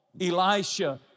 Elisha